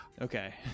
okay